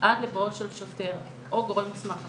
עד לבואו של שוטר או גורם מוסמך אחר,